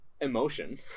emotion